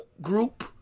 group